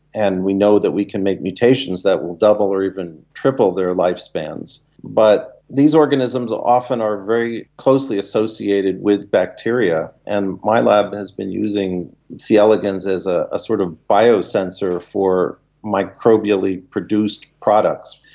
and we know that we can make mutations that will double or even triple their lifespans. but these organisms often are very closely associated with bacteria, and my lab has been using c elegans as a sort of biosensor for microbially produced products.